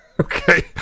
Okay